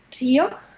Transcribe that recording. Rio